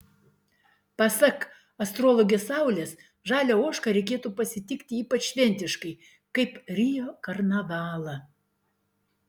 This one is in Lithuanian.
pasak astrologės saulės žalią ožką reikėtų pasitikti ypač šventiškai kaip rio karnavalą